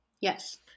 yes